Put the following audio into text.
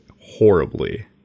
horribly